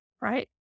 right